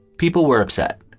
people were upset,